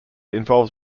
involves